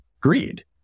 greed